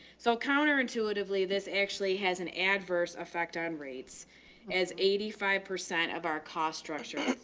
so counter intuitively, this actually has an adverse effect on rates as eighty five percent of our cost structure.